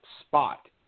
spot